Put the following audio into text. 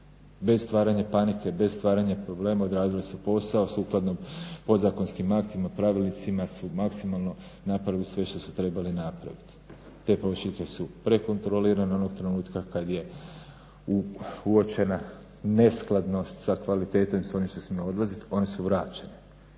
bez stvaranja panike, bez stvaranja problema odradile su posao sukladno podzakonskim aktima, pravilnicima su maksimalno napravili sve što su trebali napraviti. Te pošiljke su prekontrolirane onog trenutka kad je uočena neskladnost sa kvalitetom i sa onim što smije odlaziti. Oni su vraćeni.